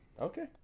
Okay